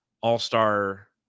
all-star